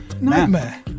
Nightmare